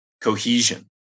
cohesion